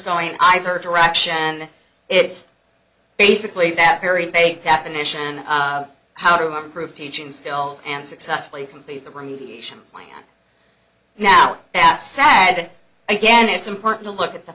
going in either direction and it's basically that very basic definition of how to prove teaching skills and successfully complete the remediation plan now that's sad again it's important to look at the